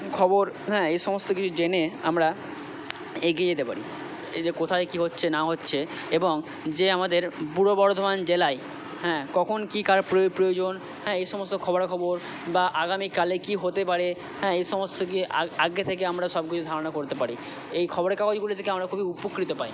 খবর হ্যাঁ এ সমস্ত কিছু জেনে আমরা এগিয়ে যেতে পারি এই যে কোথায় কী হচ্ছে না হচ্ছে এবং যে আমাদের পূর্ব বর্ধমান জেলায় হ্যাঁ কখন কী কার প্রয়োজন হ্যাঁ এই সমস্ত খবরাখবর বা আগামীকালে কী হতে পারে হ্যাঁ এ সমস্ত আগে থেকে আমরা সবকিছু ধারণা করতে পারি এই খবরের কাগজগুলি থেকে আমরা খুবই উপকৃত পাই